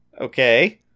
Okay